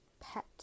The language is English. pet